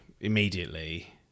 immediately